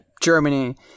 Germany